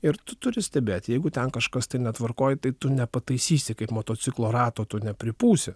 ir tu turi stebėt jeigu ten kažkas netvarkoj tai tu nepataisysi kaip motociklo rato tu nepripūsi